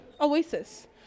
oasis